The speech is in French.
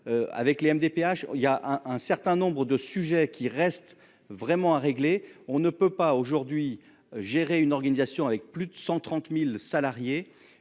avec la MDPH. Il y a un certain nombre de sujets qui reste vraiment à régler, on ne peut pas aujourd'hui gérer une organisation avec plus de 130.000 salariés.